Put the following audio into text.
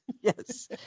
Yes